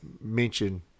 mention